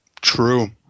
True